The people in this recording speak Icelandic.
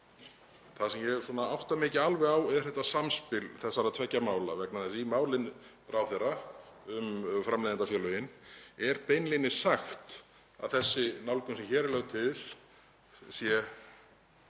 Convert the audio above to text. Það sem ég átta mig ekki alveg á er samspil þessara tveggja mála. Í máli ráðherra um framleiðendafélögin er beinlínis sagt að þessi nálgun sem hér er lögð til sé